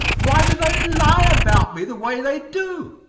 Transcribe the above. why do they lie about me the way they do?